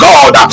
God